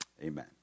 Amen